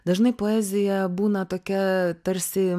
dažnai poezija būna tokia tarsi